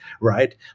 right